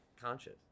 conscious